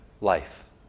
life